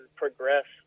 progress